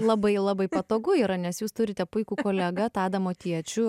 labai labai patogu yra nes jūs turite puikų kolegą tadą motiečių